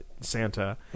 Santa